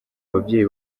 ababyeyi